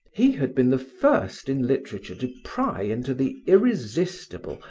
he had been the first in literature to pry into the irresistible,